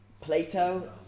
Plato